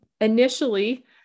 Initially